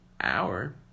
hour